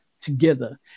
together